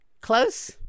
close